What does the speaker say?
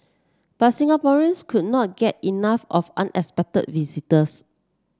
but Singaporeans could not get enough of unexpected visitors